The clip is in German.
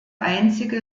einzige